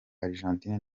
argentine